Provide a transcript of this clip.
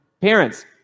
parents